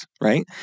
right